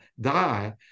die